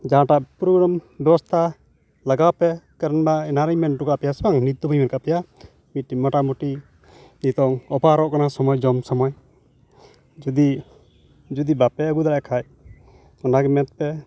ᱡᱟᱦᱟᱸᱴᱟᱜ ᱯᱨᱳᱜᱽᱨᱟᱢ ᱵᱮᱵᱚᱥᱛᱷᱟ ᱞᱟᱜᱟᱣ ᱯᱮ ᱠᱟᱨᱚᱱ ᱢᱟ ᱮᱱᱟᱱ ᱨᱮᱧ ᱢᱮᱱ ᱚᱴᱚ ᱟᱠᱟᱫ ᱯᱮᱭᱟ ᱥᱮ ᱵᱟᱝ ᱱᱤᱛ ᱨᱮᱫᱚ ᱵᱟᱹᱧ ᱢᱮᱱ ᱟᱠᱟᱫ ᱯᱮᱭᱟ ᱢᱳᱴᱟᱢᱩᱴᱤ ᱱᱤᱛᱚᱝ ᱚᱯᱟᱨᱚᱜ ᱠᱟᱱᱟ ᱥᱚᱢᱚᱭ ᱡᱚᱢ ᱡᱚᱢ ᱥᱚᱢᱚᱭ ᱡᱚᱫᱤ ᱡᱚᱫᱤ ᱵᱟᱯᱮ ᱟᱹᱜᱩ ᱫᱟᱲᱮᱭᱟᱜ ᱠᱷᱟᱱ ᱚᱱᱟᱜᱮ ᱢᱮᱱ ᱯᱮ